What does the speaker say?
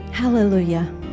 hallelujah